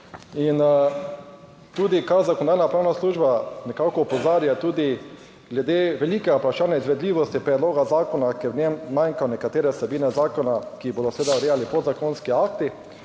In tudi kar Zakonodajno-pravna služba nekako opozarja tudi glede velikega vprašanja izvedljivosti predloga zakona, ker v njem manjkajo nekatere vsebine zakona, ki jih bodo seveda urejali podzakonski akti.